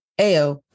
AO